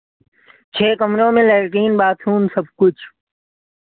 छह कमरों में लैट्रिन बाथरूम सब कुछ